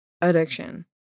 addiction